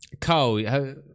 Carl